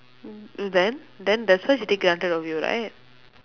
then then that's why she take advantage of you right